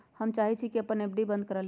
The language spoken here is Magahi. हम चाहई छी कि अपन एफ.डी बंद करा लिउ